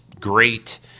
great